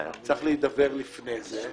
צריך להידבר לפני זה,